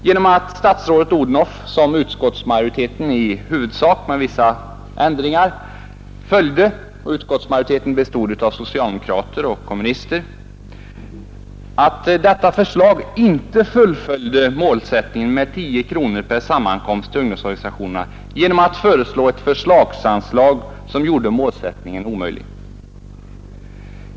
Genom att statsrådet Odhnoff inte begärde förslagsanslag utan reservationsanslag, vilket utskottsmajoriteten i huvudsak godtog — utskottsmajoriteten bestod av socialdemokrater och kommunister — fullföljdes inte målsättningen med 10 kronor per sammankomst åt ungdomsorganisationerna, utan därigenom gjordes denna målsättning omöjlig.